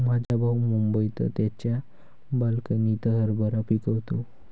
माझा भाऊ मुंबईत त्याच्या बाल्कनीत हरभरा पिकवतो